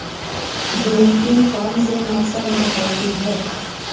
गेंठी कौन से मौसम में होती है?